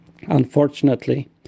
Unfortunately